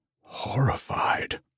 Horrified